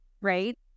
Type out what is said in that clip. right